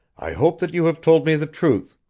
i hope that you have told me the truth.